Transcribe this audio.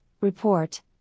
report